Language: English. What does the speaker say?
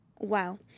Wow